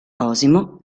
osimo